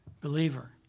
Believer